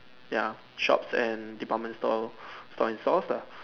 ya shops and department stores store and stores lah